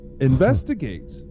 investigate